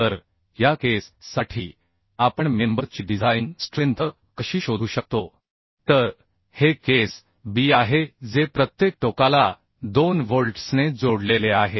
तर या केस साठी आपण मेंबर ची डिझाइन स्ट्रेंथ कशी शोधू शकतो तर हे केस b आहे जे प्रत्येक टोकाला 2 व्होल्ट्सने जोडलेले आहे